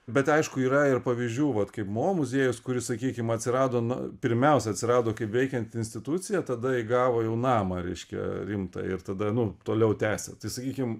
bet aišku yra ir pavyzdžių vat kaip mo muziejus kuris sakykim atsirado na pirmiausia atsirado kaip veikianti institucija tada įgavo jau namą reiškia rimtą ir tada nu toliau tęsia tai sakykim